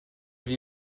have